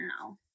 now